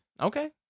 Okay